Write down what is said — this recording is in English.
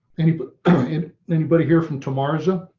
anybody, anybody here from tomorrow.